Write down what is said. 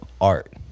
Art